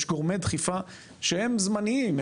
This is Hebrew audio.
יש גורמי דחיפה שהם זמניים.